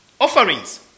offerings